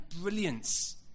brilliance